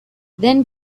then